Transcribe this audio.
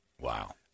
Wow